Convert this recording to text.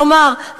כלומר,